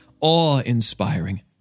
awe-inspiring